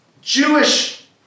Jewish